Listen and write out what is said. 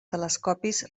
telescopis